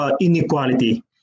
inequality